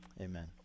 Amen